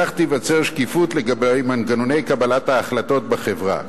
כך תיווצר שקיפות לגבי מנגנוני קבלת ההחלטות בחברה.